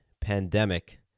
pandemic